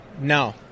No